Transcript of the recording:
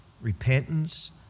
repentance